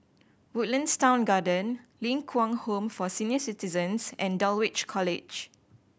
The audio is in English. Woodlands Town Garden Ling Kwang Home for Senior Citizens and Dulwich College